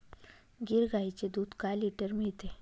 गीर गाईचे दूध काय लिटर मिळते?